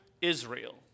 Israel